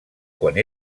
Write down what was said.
quan